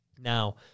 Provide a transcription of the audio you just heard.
Now